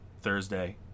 Thursday